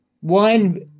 One